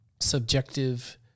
subjective